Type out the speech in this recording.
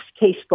casebook